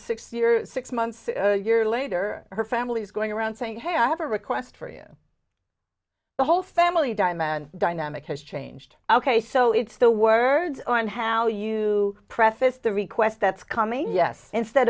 years six months a year later her family is going around saying hey i have a request for you the whole family demand dynamic has changed ok so it's the words on how you prefaced the request that's coming yes instead